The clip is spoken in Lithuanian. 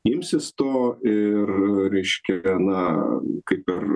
imsis to ir reiškia gana kaip ir